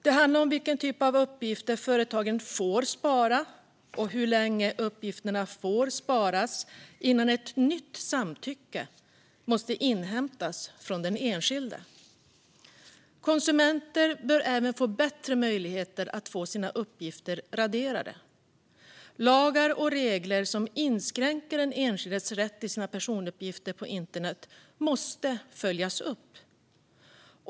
Det handlar om vilken typ av uppgifter som företagen får spara och hur länge uppgifterna får sparas innan ett nytt samtycke måste inhämtas från den enskilde. Konsumenter bör även få bättre möjligheter att få sina uppgifter raderade. Lagar och regler som inskränker den enskildes rätt till sina personuppgifter på internet måste följas upp.